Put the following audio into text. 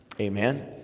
Amen